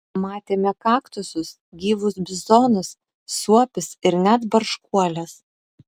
matėme kaktusus gyvus bizonus suopius ir net barškuoles